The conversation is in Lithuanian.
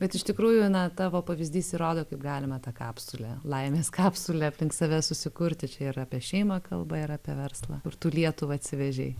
bet iš tikrųjų na tavo pavyzdys įrodo kaip galime tą kapsulę laimės kapsulę aplink save susikurti čia ir apie šeimą kalba ir apie verslą kur tu lietuvą atsivežei